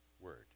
word